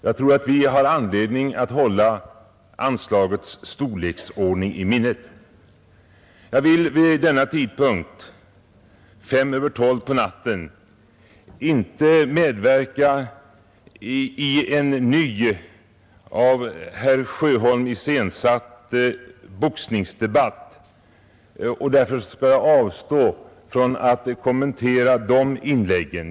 Jag tror vi har anledning att hålla detta anslags storleksordning i minnet. Vid denna tidpunkt, 5 minuter över 12 på natten, skall jag inte medverka i en ny av herr Sjöholm iscensatt boxningsdebatt, och därför skall jag avstå från att kommentera de inläggen.